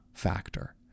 factor